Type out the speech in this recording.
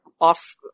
off